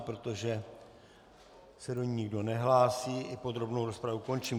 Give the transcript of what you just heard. Protože se do ní nikdo nehlásí, i podrobnou rozpravu končím.